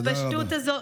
בפשטות הזו,